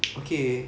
okay